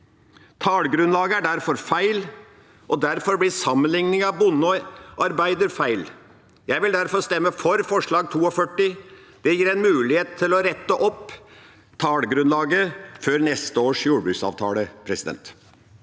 Tallgrunnlaget er derfor feil. Derfor blir sammenligningen mellom bonde og arbeider feil. Jeg vil derfor stemme for forslag nr. 42. Det gir en mulighet til å rette opp tallgrunnlaget før neste års jordbruksavtale. Bjørnar